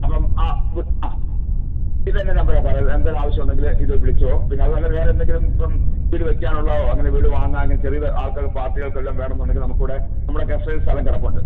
അപ്പം ആ വ് ആ ഇതെന്റെ നമ്പറാണ് സാറെ എന്തേലും ആവശ്യമുണ്ടെങ്കില് ഇത് വിളിച്ചോ പിന്നെ അതുമല്ല വേറെന്തെങ്കിലും ഇപ്പം വീട് വെക്കാനുള്ളതോ അങ്ങനെ വീട് വാങ്ങാമെങ്കിൽ ചെറുത് ആള്ക്കാര് പാര്ട്ടികള്ക്ക് വല്ലതും വേണമെന്നുണ്ടെങ്കിൽ നമുക്ക് ഇവിടെ നമ്മുടെ കസ്റ്റഡിയിൽ സ്ഥലം കിടപ്പുണ്ട്